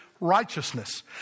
righteousness